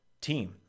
team